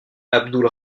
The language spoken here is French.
abdul